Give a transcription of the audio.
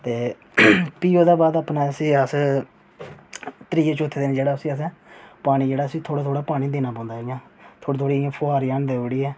ते प्ही ओह्दे बाद प्ही इसी अस त्रीए चौथे दिन इसी जेह्ड़ा असें पानी जेह्ड़ा इसी असें थोह्ड़ा थोह्ड़ा असें देना पौंदा थोह्ड़ी थोह्ड़ी इं'या फुहार जन देई ओड़ी ऐ